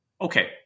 okay